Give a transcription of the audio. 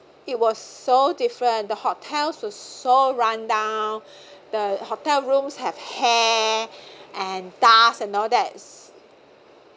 it was so different the hotels was so run down the hotel rooms have hair and dust and all that